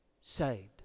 saved